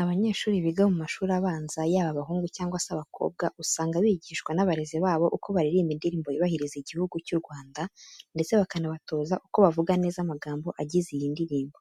Abanyeshuri biga mu mashuri abanza yaba abahungu cyangwa se abakobwa, usanga bigishwa n'abarezi babo uko baririmba indirimbo yubahiriza Igihugu cy'u Rwanda ndetse bakanabatoza uko bavuga neza amagambo agize iyi ndirimbo.